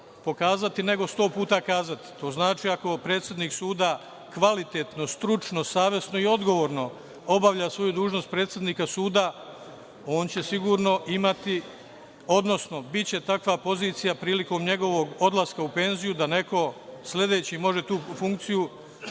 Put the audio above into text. pokazati, nego sto puta kazati. To znači, ako predsednik suda kvalitetno, stručno, savesno i odgovorno obavlja svoju dužnost predsednika suda, on će sigurno imati, odnosno biće takva pozicija prilikom njegovog odlaska u penziju, da neko sledeći može tu funkciju